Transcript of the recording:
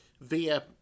via